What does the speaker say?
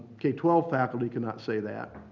k twelve faculty cannot say that.